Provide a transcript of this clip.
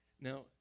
Now